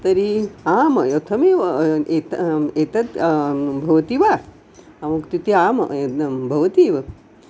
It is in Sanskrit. तर्हि आं यथमेव एतत् भवति वा अहमुक्तवती आम् भवति एव